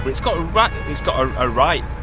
it's got right, it's got a right